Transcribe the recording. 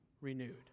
renewed